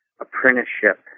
apprenticeship